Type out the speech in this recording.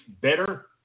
better